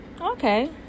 okay